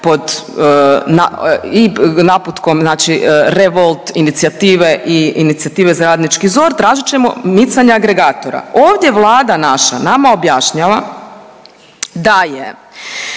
pod i naputkom znači revolt inicijative i inicijative za radnički ZOR, tražit ćemo micanje agregatora. Ovdje Vlada naša nama objašnjava da je,